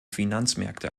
finanzmärkte